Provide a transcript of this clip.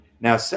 Now